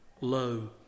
low